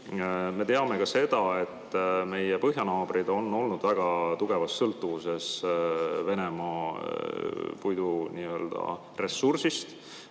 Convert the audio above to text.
Me teame ka seda, et meie põhjanaabrid on olnud väga tugevas sõltuvuses Venemaa puiduressursist.